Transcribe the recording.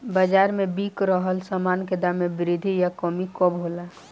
बाज़ार में बिक रहल सामान के दाम में वृद्धि या कमी कब होला?